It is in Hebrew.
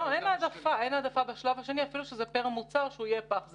אין העדפה בשלב השני אפילו שזה פר מוצר שהוא יהיה פח זבל.